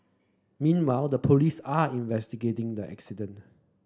meanwhile the police are investigating the accident